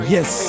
Yes